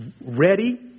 ready